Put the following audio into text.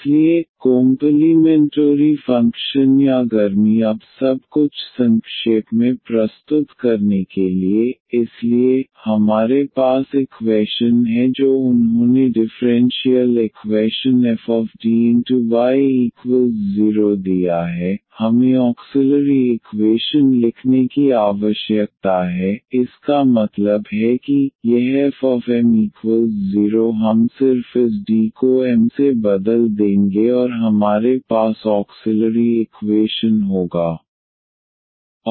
इसलिए complementary function या गर्मी अब सब कुछ संक्षेप में प्रस्तुत करने के लिए इसलिए हमारे पास इक्वैशन है जो उन्होंने डिफ़्रेंशियल इक्वैशन fDy0दिया है हमें ऑक्सिलरी इक्वेशन लिखने की आवश्यकता है इसका मतलब है कि यह fm0 हम सिर्फ इस D को m से बदल देंगे और हमारे पास ऑक्सिलरी इक्वेशन होगा